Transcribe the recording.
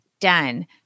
Done